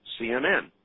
CNN